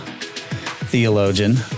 theologian